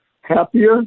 happier